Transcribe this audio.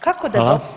Kako da